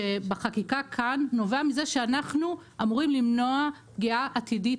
שבחקיקה כאן נובע מזה שאנחנו אמורים למנוע פגיעה עתידית